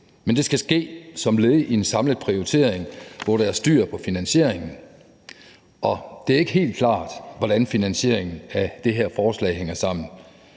men det skal ske som led i en samlet prioritering, hvor der er styr på finansieringen, og det er ikke helt klart, hvordan finansieringen af det her forslag hænger sammen.